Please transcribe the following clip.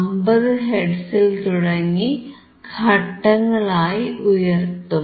50 ഹെർട്സിൽ തുടങ്ങി ഘട്ടങ്ങളായി ഉയർത്തും